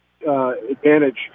advantage